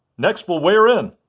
next we'll weigh her in.